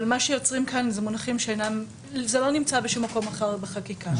אבל מה שיוצרים כאן זה מונחים שאינם נמצאים בשום מקום אחר בחקיקה.